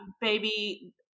Baby